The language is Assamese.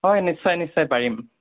হয় নিশ্চয় নিশ্চয় পাৰিম